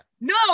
No